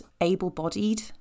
able-bodied